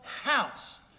house